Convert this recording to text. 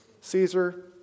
Caesar